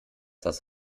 das